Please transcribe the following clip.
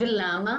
למה?